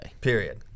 Period